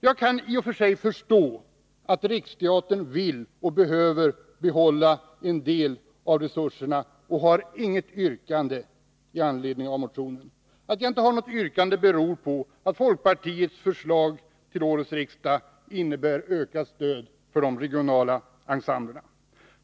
Jag kan i och för sig förstå att Riksteatern vill och behöver behålla en del av resurserna och har inget yrkande i anledning av motionen. Att jag inte har något yrkande beror på att folkpartiets förslag till årets riksdag innebär ökat stöd för de regionala ensemblerna.